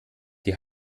die